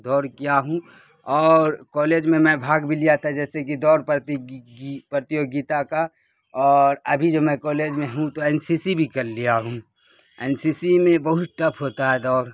دوڑ کیا ہوں اور کالج میں میں بھاگ بھی لیا تھا جیسے کہ دور پرتیوگیتا کا اور ابھی جو میں کالج میں ہوں تو این سی سی بھی کر لیا ہوں این سی سی میں بہت ٹف ہوتا ہے دوڑ